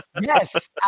Yes